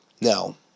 Now